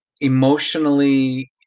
emotionally